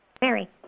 Mary